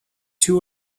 two